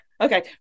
okay